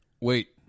wait